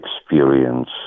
experience